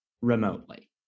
remotely